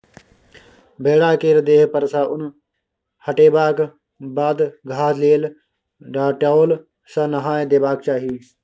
भेड़ा केर देह पर सँ उन हटेबाक बाद घाह लेल डिटोल सँ नहाए देबाक चाही